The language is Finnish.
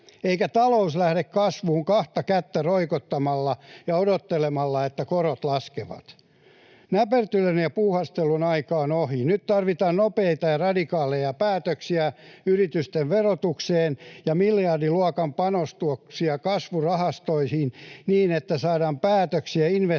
eikä talous lähde kasvuun kahta kättä roikottamalla ja odottelemalla, että korot laskevat. Näpertelyn ja puuhastelun aika on ohi. Nyt tarvitaan nopeita ja radikaaleja päätöksiä yritysten verotukseen ja miljardiluokan panostuksia kasvurahastoihin, niin että saadaan päätöksiä investoinneista